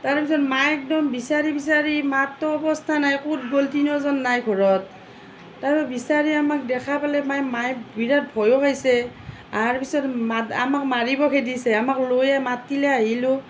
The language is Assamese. তাৰ পিছত মায় একদম বিচাৰি বিচাৰি মাৰতো অৱস্থা নাই ক'ত গ'ল তিনিওজন নাই ঘৰত তাৰ পৰা বিচাৰি আমাক দেখা পালে মাই মাই বিৰাট ভয়ো খাইছে অহাৰ পিছত মা আমাক মাৰিব খেদিছে আমাক লৈয়ে মাতিলে আহিলো